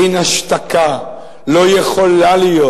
אין השתקה, לא יכולה להיות.